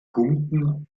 punkten